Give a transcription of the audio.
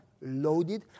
loaded